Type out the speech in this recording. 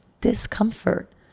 discomfort